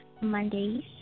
Mondays